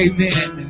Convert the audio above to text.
Amen